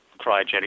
cryogenic